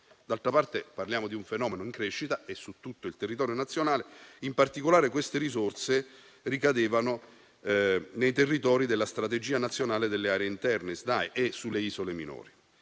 D'altra parte, parliamo di un fenomeno in crescita e su tutto il territorio nazionale. In particolare, queste risorse ricadevano nei territori della Strategia nazionale delle aree interne (SNAI) e sulle isole minori,